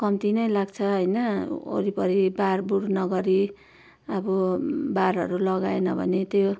कम्ती नै लाग्छ होइन वरिपरि बारबुर नगरी अब बारहरू लगाएन भने त्यो